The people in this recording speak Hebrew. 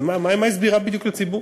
מה היא הסבירה בדיוק לציבור?